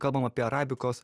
kalbam apie arabikos